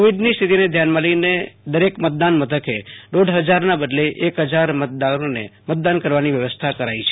કોવિડની સ્થિતિને ધ્યાનમાં લઈને દરક મતદાન મથક દોઢ હજારના બદલે એક હજાર મતદારોને મતદાન કરવાની વ્યવસ્થા કરાઈ છે